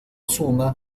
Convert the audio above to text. suma